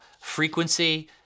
frequency